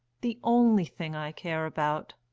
the only thing i care about!